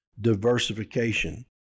diversification